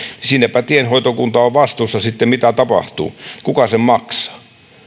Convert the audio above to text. siinäpä tienhoitokunta on vastuussa sitten mitä tapahtuu kuka sen maksaa